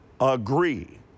agree